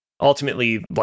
ultimately